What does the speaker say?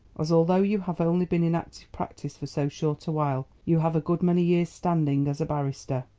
as although you have only been in active practice for so short a while, you have a good many years' standing as a barrister.